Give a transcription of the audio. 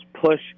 push